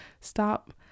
Stop